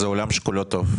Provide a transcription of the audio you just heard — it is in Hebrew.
וזה עולם שכולו טוב.